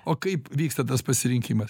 o kaip vyksta tas pasirinkimas